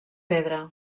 pedra